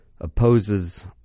Opposes